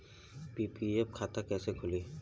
PPF खाता कैसे खुली?